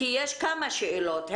כי יש כמה שאלות.